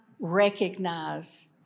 recognize